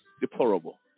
deplorable